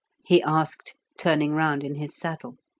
he asked, turning round in his saddle.